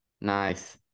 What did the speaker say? Nice